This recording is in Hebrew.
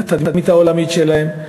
לתדמית העולמית שלהם,